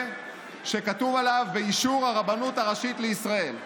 שכתוב עליו "באישור הרבנות הראשית לישראל".